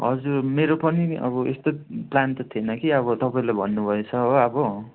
हजुर मेरो पनि अब यस्तो प्लान त थिएन कि अब तपाईँले भन्नु भएछ हो अब